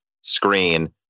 screen